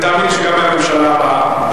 ותאמין לי שגם מהממשלה הבאה,